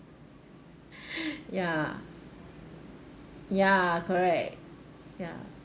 ya ya correct ya